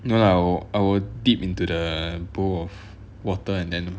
no lah I will I will deep into the bowl of water and then